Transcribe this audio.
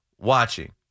watching